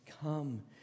come